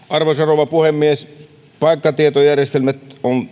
arvoisa rouva puhemies paikkatietojärjestelmät